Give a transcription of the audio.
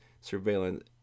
surveillance